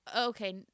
okay